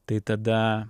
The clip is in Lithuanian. tai tada